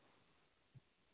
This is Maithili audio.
बेरानबे चौरानबे